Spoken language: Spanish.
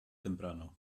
temprano